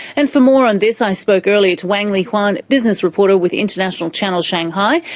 and for more on this i spoke earlier to wang lihuan, business reporter with international channel shanghai.